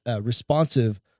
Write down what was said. responsive